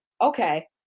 Okay